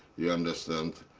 you understand,